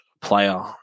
player